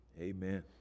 Amen